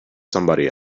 somebody